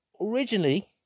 originally